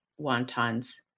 wontons